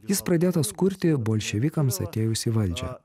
jis pradėtas kurti bolševikams atėjus į valdžią